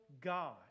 God